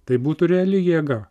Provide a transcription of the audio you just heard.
tai būtų reali jėga